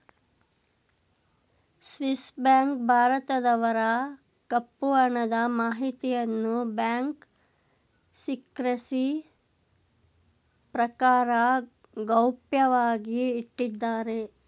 Swiss bank ಭಾರತದವರ ಕಪ್ಪು ಹಣದ ಮಾಹಿತಿಯನ್ನು ಬ್ಯಾಂಕ್ ಸಿಕ್ರೆಸಿ ಪ್ರಕಾರ ಗೌಪ್ಯವಾಗಿ ಇಟ್ಟಿದ್ದಾರೆ